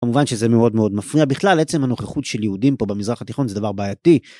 כמובן שזה מאוד מאוד מפריע בכלל עצם הנוכחות של יהודים פה במזרח התיכון זה דבר בעייתי